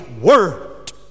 word